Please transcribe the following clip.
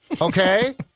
okay